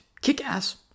kick-ass